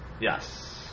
Yes